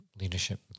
leadership